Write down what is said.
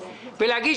ולהגיד,